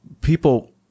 people